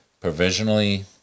provisionally